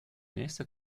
nächste